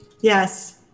Yes